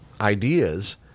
ideas